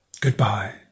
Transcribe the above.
Goodbye